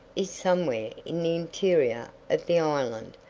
is somewhere in the interior of the island,